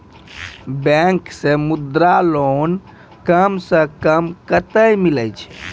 Bank से Mudra loan कम सऽ कम कतैय मिलैय छै?